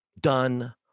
done